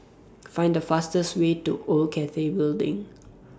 Find The fastest Way to Old Cathay Building